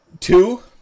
Two